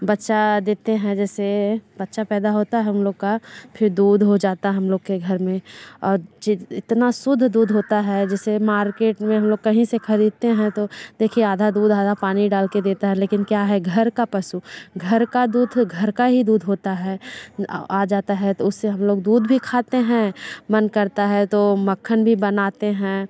बच्चा देते हैं जैसे बच्चा पैदा होता है हम लोग का फिर दूध हो जाता है हम लोग के घर में और इतना सुद्ध दूध होता है जैसे मार्केट में हम लोग कहीं से ख़रीदते हैं तो देखिए आधा दूध आधा पानी डाल के देता है लेकिन क्या है घर का पशु घर का दूध घर का ही दूध होता है और आ जाता है तो उससे हम लोग दूध भी खाते हैं मन करता है तो मक्खन भी बनाते हैं